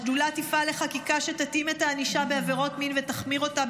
השדולה תפעל לחקיקה שתתאים את הענישה בעבירות מין ותחמיר אותה,